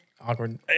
Awkward